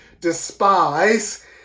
despise